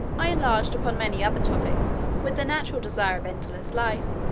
i enlarged upon many other topics, which the natural desire of endless life,